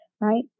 Right